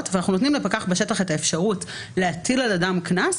ונותנים לפקח בשטח את האפשרות להטיל על אדם קנס,